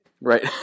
Right